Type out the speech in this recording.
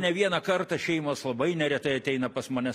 ne vieną kartą šeimos labai neretai ateina pas mane